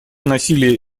насилия